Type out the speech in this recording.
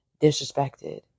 disrespected